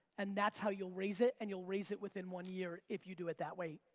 and that's how you'll raise it and you'll raise it within one year if you do it that way.